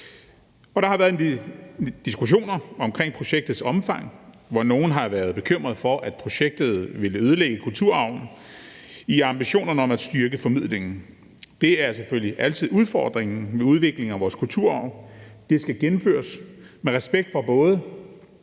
der har været en del diskussioner omkring projektets omfang, hvor nogle har været bekymrede for, at projektet ville ødelægge kulturarven i ambitionerne om at styrke formidlingen. Det er selvfølgelig altid udfordringen med udvikling af vores kulturarv. Det skal gennemføres med respekt for både